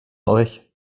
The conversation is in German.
euch